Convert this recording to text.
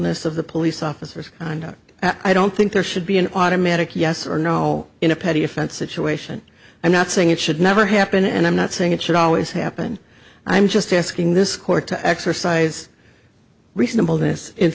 of the police officers and i don't think there should be an automatic yes or no in a petty offense it to ation i'm not saying it should never happen and i'm not saying it should always happen i'm just asking this court to exercise reasonable this in